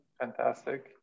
fantastic